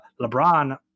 LeBron